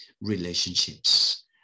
relationships